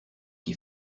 qui